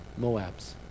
Moabs